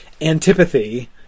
antipathy